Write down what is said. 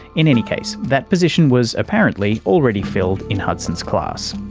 in any case, that position was apparently already filled in hudson's class.